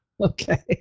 Okay